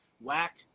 whack